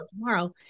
tomorrow